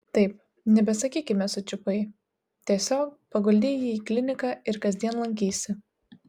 taip nebesakykime sučiupai tiesiog paguldei jį į kliniką ir kasdien lankysi